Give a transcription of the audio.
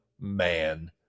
man